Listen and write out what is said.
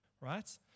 right